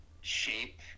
shape